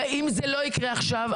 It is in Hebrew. אם זה לא יקרה עכשיו,